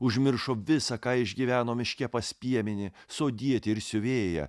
užmiršo visa ką išgyveno miške pas piemenį sodietį ir siuvėją